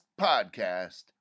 podcast